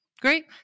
Great